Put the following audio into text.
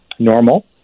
normal